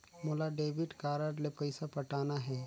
मोला debit card ले पइसा पटाना हे?